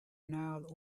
nile